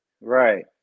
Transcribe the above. Right